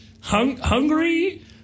hungry